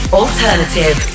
alternative